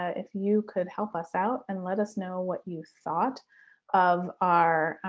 ah if you could help us out and let us know what you thought of our